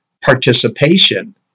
participation